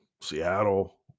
Seattle